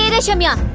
and reshamiya,